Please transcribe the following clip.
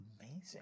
amazing